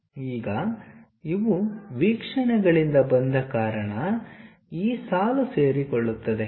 ಈಗ ಇವು ವೀಕ್ಷಣೆಗಳಿಂದ ಬಂದ ಕಾರಣ ಈ ಸಾಲು ಸೇರಿಕೊಳ್ಳುತ್ತದೆ